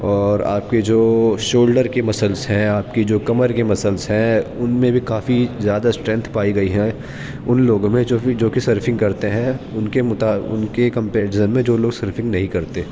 اور آپ کے جو شولڈر کے مسلس ہیں آپ کی جو کمر کے مسلس ہیں ان میں بھی کافی زیادہ اسٹرنتھ پائی گئی ہے ان لوگوں میں جو کہ جو کہ سرفنگ کرتے ہیں ان کے ان کے کمپیریزن میں جو لوگ سرفنگ نہیں کرتے